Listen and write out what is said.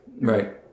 Right